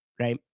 right